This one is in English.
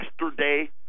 yesterday